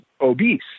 obese